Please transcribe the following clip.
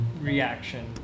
reaction